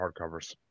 hardcovers